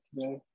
today